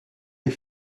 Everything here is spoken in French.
les